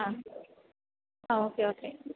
ah ah okay okay